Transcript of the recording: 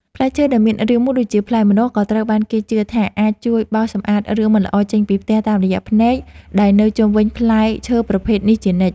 ផ្លែឈើដែលមានរាងមូលដូចជាផ្លែម្នាស់ក៏ត្រូវបានគេជឿថាអាចជួយបោសសម្អាតរឿងមិនល្អចេញពីផ្ទះតាមរយៈភ្នែកដែលនៅជុំវិញផ្លែឈើប្រភេទនោះជានិច្ច។